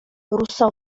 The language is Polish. rousseau